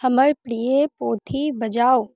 हमर प्रिय पोथी बजाउ